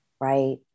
right